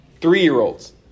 three-year-olds